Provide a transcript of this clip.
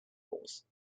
force